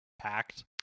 packed